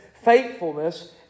faithfulness